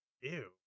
ew